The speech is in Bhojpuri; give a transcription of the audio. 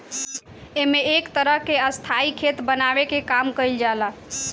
एमे एक तरह के स्थाई खेत बनावे के काम कईल जाला